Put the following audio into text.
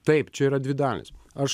taip čia yra dvi dalys aš